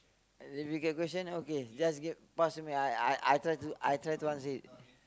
got question okay just get pass to me I I I try to I try to answer it